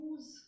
Use